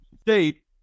state